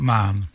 Man